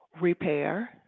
repair